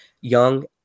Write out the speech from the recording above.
young